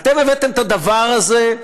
אתם הבאתם את הדבר הזה,